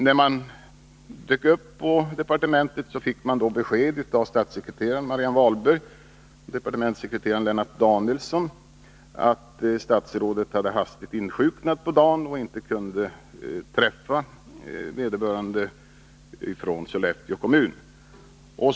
När kommunens representanter dök upp på departementet fick de besked av statssekreterare Marianne Wahlberg och departementssekreterare Lennart Danielsson om att statsrådet hastigt hade insjuknat på dagen och inte kunde träffa vederbörande från Sollefteå kommun.